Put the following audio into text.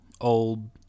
old